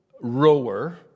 rower